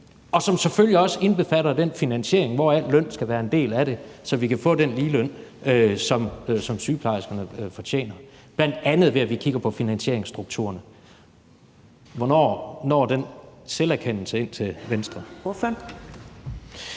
som selvfølgelig også indbefatter den finansiering, hvoraf løn skal være en del af det, så vi kan få den ligeløn, som sygeplejerskerne fortjener, bl.a. ved at vi kigger på finansieringsstrukturerne. Hvornår når den selverkendelse ind til Venstre? Kl.